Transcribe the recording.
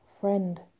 friend